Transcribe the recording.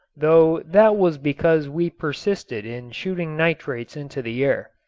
though that was because we persisted in shooting nitrates into the air.